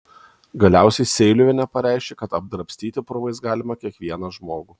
galiausiai seiliuvienė pareiškė kad apdrabstyti purvais galima kiekvieną žmogų